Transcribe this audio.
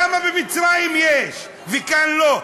למה במצרים יש וכאן לא?